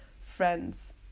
friends